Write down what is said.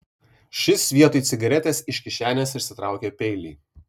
šis vietoj cigaretės iš kišenės išsitraukė peilį